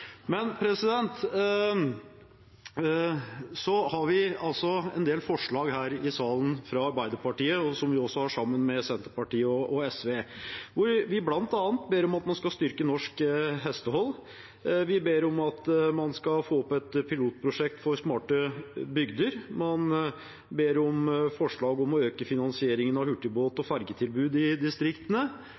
Vi har en del forslag her i salen fra Arbeiderpartiet, noen sammen med Senterpartiet og noen sammen med SV, der vi bl.a. ber om at man skal styrke norsk hestehold. Vi ber om at man skal få opp et pilotprosjekt for smarte bygder. Vi ber om forslag om å øke finansieringen av hurtigbåt- og ferjetilbud i distriktene.